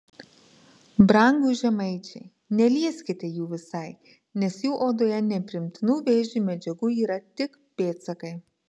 brangūs žemaičiai nelieskite jų visai nes jų odoje nepriimtinų vėžiui medžiagų yra tik pėdsakai